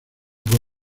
vivo